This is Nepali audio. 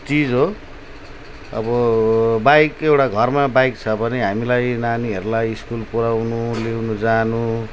चिज हो अब बाइक एउटा घरमा बाइक छ भने हामीलाई नानीहरूलाई स्कुल पुर्याउनु ल्याउन जानु